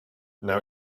now